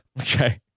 Okay